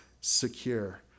secure